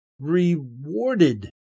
Rewarded